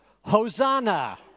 Hosanna